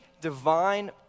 divine